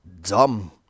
dumb